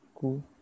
cool